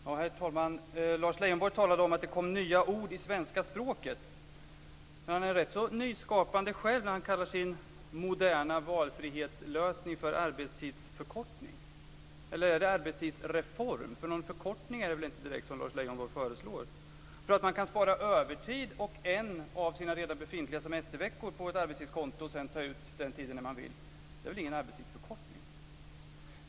Herr talman! Lars Leijonborg talade om att det kommer nya ord i svenska språket. Han är rätt så nyskapande själv när han kallar sin "moderna valfrihetslösning" för "arbetstidsförkortning". Eller är det "arbetstidsreform"? Någon förkortning är det väl inte direkt som Lars Leijonborg föreslår. Man kan spara övertid och en av sina redan befintliga semesterveckor på ett arbetstidskonto och sedan ta ut den tiden när man vill. Det är väl inte någon arbetstidsförkortning?